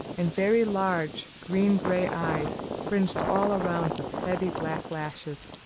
and very large, green-gray eyes fringed all around with heavy black lashes.